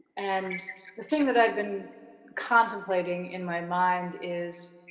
and the thing that i've been contemplating in my mind is,